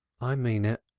i mean it,